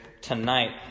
tonight